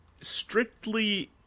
Strictly